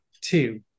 two